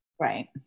right